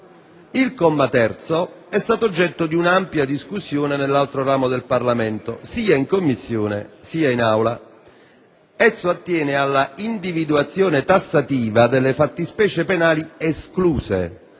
Il comma 3 è stato oggetto di un'ampia discussione nell'altro ramo del Parlamento, sia in Commissione sia in Aula. Esso attiene all'individuazione tassativa delle fattispecie penali escluse